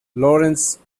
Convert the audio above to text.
lawrence